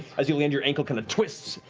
as you land, your ankle kind of twists,